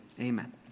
Amen